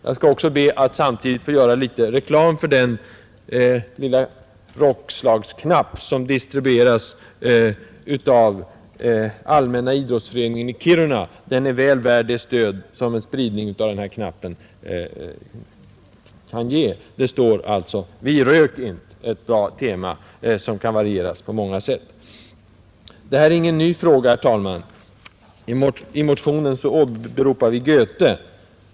Jag skall be att samtidigt få göra reklam för den lilla rockslagsknapp som saluförs av Kiruna allmänna idrottsförening — föreningen är väl värd det stöd som en spridning av den här knappen kan ge. Det står alltså: ”Vi rök int” — ett bra tema som kan varieras på många sätt. Det här är ingen ny fråga, herr talman, I motionen åberopar vi Goethe.